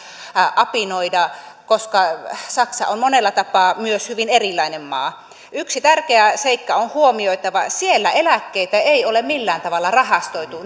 apinoida koska saksa on monella tapaa myös hyvin erilainen maa yksi tärkeä seikka on huomioitava siellä eläkkeitä ei ole millään tavalla rahastoitu